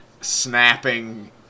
snapping